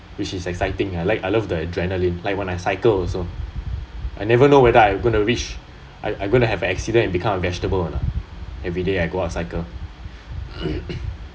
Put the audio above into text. which is exciting I I love the adrenaline when like I cycle also I never know whether I gonna reach I go to have accidents and become a vegetable or not every day I go out cycle